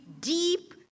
deep